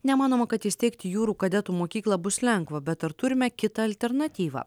nemanoma kad įsteigti jūrų kadetų mokyklą bus lengva bet ar turime kitą alternatyvą